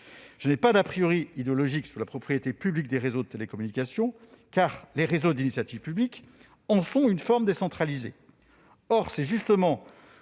Je n'ai pas d'idéologique sur la propriété publique des réseaux de télécommunications : les réseaux d'initiative publique (RIP) en sont une forme décentralisée. Et c'est précisément